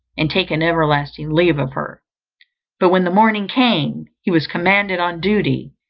and take an everlasting leave of her but when the morning came, he was commanded on duty,